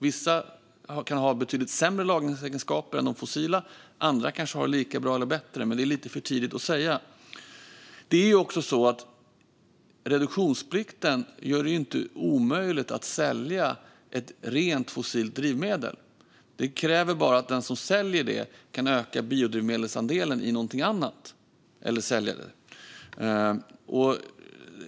Vissa kan ha betydligt sämre lagringsegenskaper än de fossila medan andra kanske har lika bra eller bättre, men det är för tidigt att säga. Reduktionsplikten gör det inte omöjligt att sälja ett rent fossilt drivmedel. Det kräver bara att den som säljer det kan öka biodrivmedelsandelen i någonting annat eller sälja det.